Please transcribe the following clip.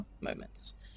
moments